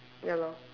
ya lor